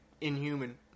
inhuman